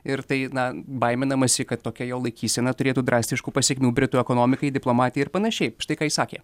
ir tai na baiminamasi kad tokia jo laikysena turėtų drastiškų pasekmių britų ekonomikai diplomatijai ir panašiai štai ką jis sakė